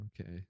Okay